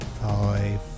five